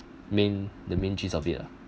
main the main jeez of it ah